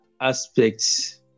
aspects